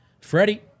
Freddie